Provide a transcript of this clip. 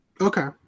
okay